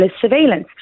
surveillance